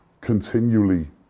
continually